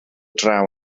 draw